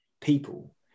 people